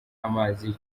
amazi